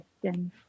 question